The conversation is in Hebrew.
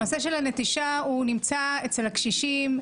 הנושא של הנטישה הוא נמצא אצל הקשישים,